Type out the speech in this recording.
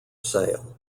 sale